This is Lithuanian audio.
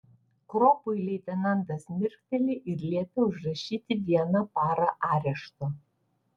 kropui leitenantas mirkteli ir liepia užrašyti vieną parą arešto